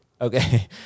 Okay